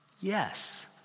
yes